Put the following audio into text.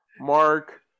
Mark